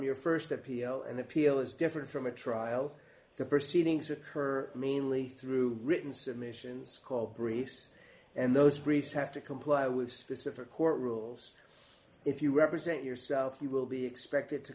your st appeal an appeal is different from a trial the proceedings occur mainly through written submissions called briefs and those briefs have to comply with specific court rules if you represent yourself you will be expected to